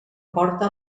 porta